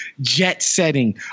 jet-setting